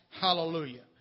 Hallelujah